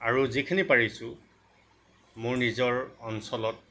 আৰু যিখিনি পাৰিছোঁ মোৰ নিজৰ অঞ্চলত